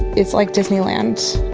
it's like disneyland.